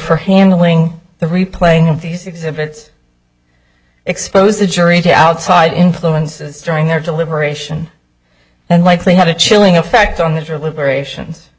for handling the replaying of these exhibits expose the jury to outside influences during their deliberation and likely have a chilling effect on this or liberations